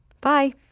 Bye